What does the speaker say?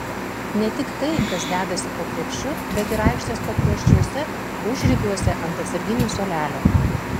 ne tik tai kas dedasi po krepšiu bet ir aikštės pakraščiuose užribiuose ant atsarginių suolelio